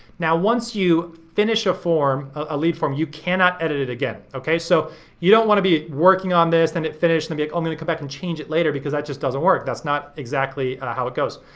now once you finish a form, a lead form, you cannot edit it again. okay, so you don't wanna be working on this, then hit finish, then be like, oh i'm gonna come back and change it later because that just doesn't work. that's not exactly how it goes.